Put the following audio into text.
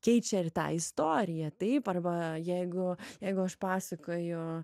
keičia ir tą istoriją taip arba jeigu jeigu aš pasakoju